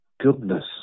Goodness